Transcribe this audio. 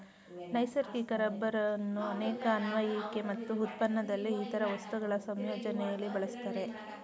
ನೈಸರ್ಗಿಕ ರಬ್ಬರನ್ನು ಅನೇಕ ಅನ್ವಯಿಕೆ ಮತ್ತು ಉತ್ಪನ್ನದಲ್ಲಿ ಇತರ ವಸ್ತುಗಳ ಸಂಯೋಜನೆಲಿ ಬಳಸ್ತಾರೆ